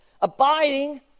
Abiding